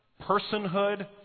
personhood